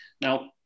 Now